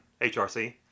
HRC